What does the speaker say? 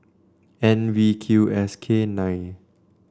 N V Q S K nine